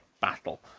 battle